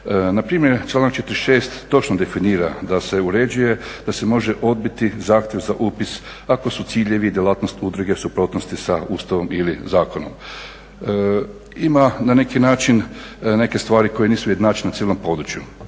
Na primjer članak 46. točno definira da se uređuje da se može odbiti zahtjev za upis ako su ciljevi i djelatnost udruge u suprotnosti sa Ustavom ili zakonom. Ima na neki način neke stvari koje nisu ujednačene na cijelom području.